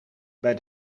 bij